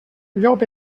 llop